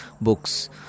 books